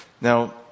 Now